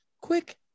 quick